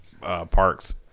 parks